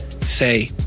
say